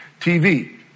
TV